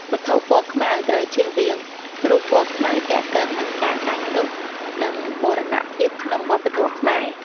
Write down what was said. វត្ថុពណ៌ខ្មៅត្រូវចៀសវាងព្រោះពណ៌ខ្មៅទាក់ទងនឹងការកាន់ទុក្ខ និងមរណភាពក្នុងវប្បធម៌ខ្មែរ។